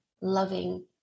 loving